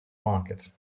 market